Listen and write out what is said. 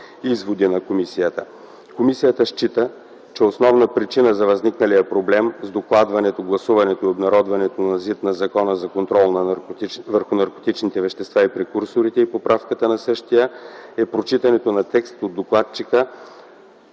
Комисията счита, че основна причина за възникналия проблем с докладването, гласуването и обнародването на ЗИД на Закона за контрол върху наркотичните вещества и прекурсорите и поправката на същия е прочитането на текст от докладчика